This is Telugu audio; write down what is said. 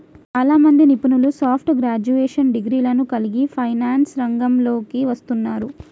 చాలామంది నిపుణులు సాఫ్ట్ గ్రాడ్యుయేషన్ డిగ్రీలను కలిగి ఫైనాన్స్ రంగంలోకి వస్తున్నారు